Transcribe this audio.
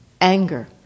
anger